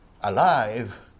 alive